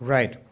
Right